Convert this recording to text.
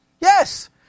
Yes